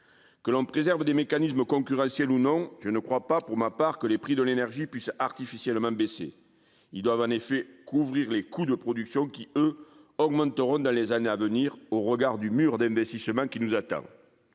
Que l'on préserve des mécanismes concurrentiels ou non, je ne crois pas, pour ma part, que les prix de l'énergie puissent artificiellement baisser. Ils doivent en effet couvrir les coûts de production, qui, eux, augmenteront dans les années à venir au regard du mur d'investissements qui nous attend.